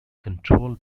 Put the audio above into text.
control